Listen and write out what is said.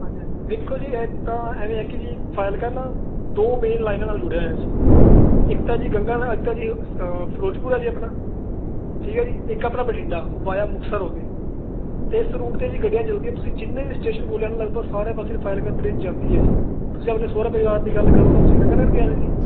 ਹਾਂਜੀ ਹਾਂਜੀ ਦੇਖੋ ਜੀ ਇੱਕ ਤਾਂ ਐਵੇਂ ਆ ਕਿ ਜੀ ਫਾਜ਼ਿਲਕਾ ਦੋ ਮੇਨ ਲਾਈਨਾਂ ਨਾਲ ਜੁੜਿਆ ਹੋਇਆ ਜੀ ਇੱਕ ਤਾਂ ਜੀ ਗੰਗਾ ਜੀ ਫਿਰੋਜਪੁਰ ਜੀ ਆਪਣਾ ਠੀਕ ਹੈ ਜੀ ਇੱਕ ਆਪਣਾ ਬਠਿੰੰਡਾ ਵਾਇਆ ਮੁਕਤਸਰ ਹੋ ਕੇ ਅਤੇ ਇਸ ਰੂਟ 'ਤੇ ਜੀ ਗੱਡੀਆਂ ਚਲਦੀਆਂ ਤੁਸੀਂ ਜਿੰਨੇ ਵੀ ਸਟੇਸ਼ਨ ਬੋਲੇ ਆ ਨਾ ਲਗਭਗ ਸਾਰੇ ਪਾਸੇ ਫਾਜ਼ਿਲਕਾ ਟਰੇਨ ਜਾਂਦੀ ਹੈ ਜੀ ਤੁਸੀਂ ਆਪਣੇ ਸਹੁਰਾ ਪਰਿਵਾਰ ਦੀ ਗੱਲ ਕਰੋ ਤਾਂ ਤੁਸੀਂ ਗੰਗਾ ਨਗਰ ਕਹਿ ਰਹੇ ਸੀ